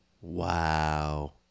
Wow